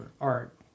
art